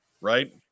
right